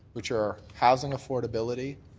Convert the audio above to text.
which are having affordability,